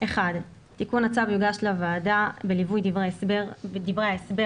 תיקון הצו יוגש לוועדה בליווי דברי ההסבר